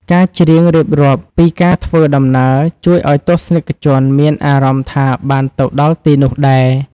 ការច្រៀងរៀបរាប់ពីការធ្វើដំណើរ ជួយឱ្យទស្សនិកជនមានអារម្មណ៍ថាបានទៅដល់ទីនោះដែរ។